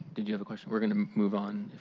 did you have a question? we're going to move on.